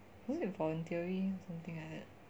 what it voluntary or something like that